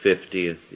fiftieth